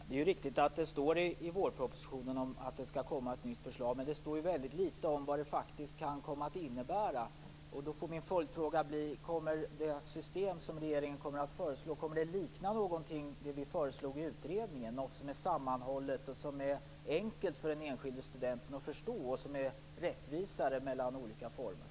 Herr talman! Det är riktigt att det står i vårpropositionen att det skall komma ett nytt förslag. Men det står väldigt litet om vad det faktiskt kan komma att innebära. Min följdfråga får bli: Kommer det system som regeringen kommer att föreslå att likna det vi föreslog i utredningen, något som är sammanhållet och enkelt för den enskilde studenten att förstå och som är rättvisare mellan olika former?